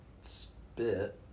spit